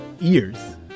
ears